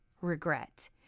regret